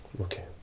Okay